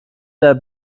der